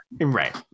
right